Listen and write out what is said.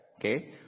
Okay